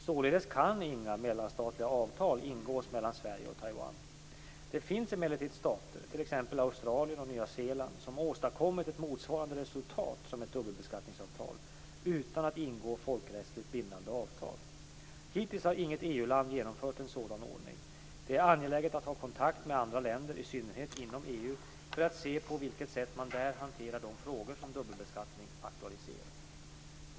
Således kan inga mellanstatliga avtal ingås mellan Sverige och Det finns emellertid stater - t.ex. Australien och Nya Zeeland - som åstadkommit ett motsvarande resultat som ett dubbelbeskattningsavtal, utan att ingå folkrättsligt bindande avtal. Hittills har inget EU-land genomfört en sådan ordning. Det är angeläget att ha kontakt med andra länder, i synnerhet inom EU, för att se på vilket sätt man där hanterar de frågor som dubbelbeskattning aktualiserar.